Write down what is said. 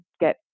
get